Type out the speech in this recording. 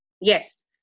Yes